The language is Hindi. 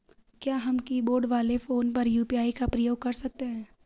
क्या हम कीबोर्ड वाले फोन पर यु.पी.आई का प्रयोग कर सकते हैं?